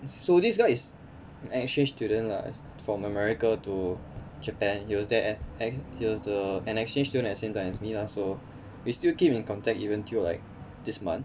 so this guy is an exchange student lah from america to japan he was there as as he was the an exchange student at the same time as me lah so we still keep in contact even till like this month